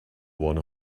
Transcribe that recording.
one